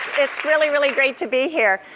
it's really, really great to be here.